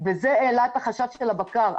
וזה העלה את החשד של הבקר.